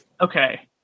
Okay